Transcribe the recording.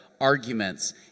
arguments